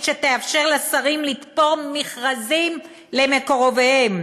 שתאפשר לשרים לתפור מכרזים למקורביהם.